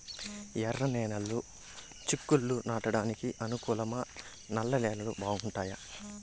ఎర్రనేలలు చిక్కుళ్లు నాటడానికి అనుకూలమా నల్ల నేలలు బాగుంటాయా